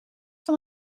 van